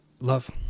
love